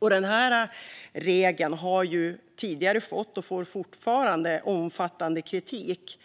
Denna regel har fått och får fortfarande omfattande kritik.